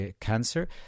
cancer